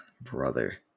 brother